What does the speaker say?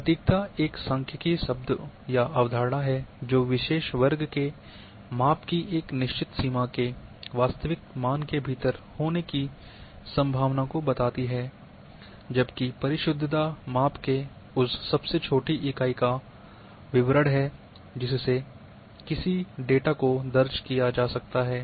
सटीकता एक सांख्यिकी शब्द या अवधारणा है जो विशेष वर्ग के माप की एक निश्चित सीमा के वास्तविक मान के भीतर होने की संभावना को बताती है जबकि परिशुद्धता माप के उस सबसे छोटी इकाई का विवरण है जिससे किसी डेटा को दर्ज किया जा सकता है